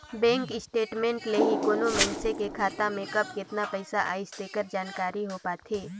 bank statement ले ही कोनो मइसने के खाता में कब केतना पइसा आइस तेकर जानकारी हो पाथे